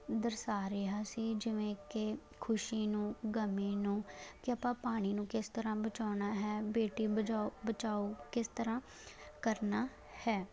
ਦਰਸਾ ਰਿਹਾ ਸੀ ਜਿਵੇਂ ਕਿ ਖੁਸ਼ੀ ਨੂੰ ਗਮੀ ਨੂੰ ਕਿ ਆਪਾਂ ਪਾਣੀ ਨੂੰ ਕਿਸ ਤਰ੍ਹਾਂ ਬਚਾਉਣਾ ਹੈ ਬੇਟੀ ਬਚਾਓ ਬਜਾਓ ਕਿਸ ਤਰ੍ਹਾਂ ਕਰਨਾ ਹੈ